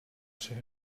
zich